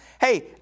Hey